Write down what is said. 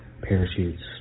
parachutes